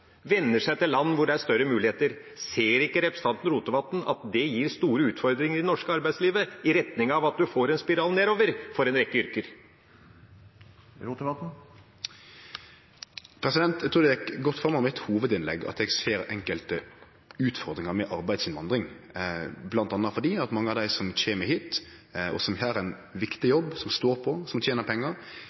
til land hvor det er større muligheter. Ser ikke representanten Rotevatn at det gir store utfordringer i det norske arbeidslivet, i retning av at en får en spiral nedover for en rekke yrker? Eg trur det gjekk godt fram av mitt hovudinnlegg at eg ser enkelte utfordringar med arbeidsinnvandring, bl.a. fordi at mange av dei som kjem hit, og som gjer ein viktig jobb – som står på, og som tener pengar